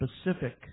specific